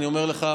אני אומר לך,